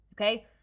okay